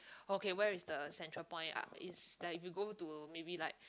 okay where is the central point ah is like if you go to maybe like